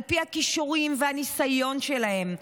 על פי הכישורים והניסיון שלהם.